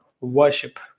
worship